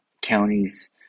counties